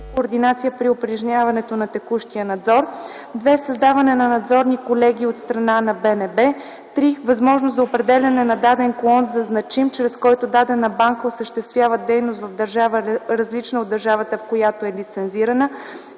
координация при упражняването на текущия надзор; 2. създаване на надзорни колегии от страна на БНБ; 3. възможност за определяне на даден клон за значим, чрез който дадена банка осъществява дейност в държава, различна от държавата, в която е лицензирана;